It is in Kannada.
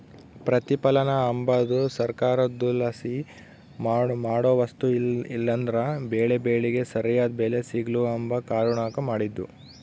ಪ್ರತಿಪಲನ ಅಂಬದು ಸರ್ಕಾರುದ್ಲಾಸಿ ಜನ ಮಾಡೋ ವಸ್ತು ಇಲ್ಲಂದ್ರ ಬೆಳೇ ಬೆಳಿಗೆ ಸರ್ಯಾದ್ ಬೆಲೆ ಸಿಗ್ಲು ಅಂಬ ಕಾರಣುಕ್ ಮಾಡಿದ್ದು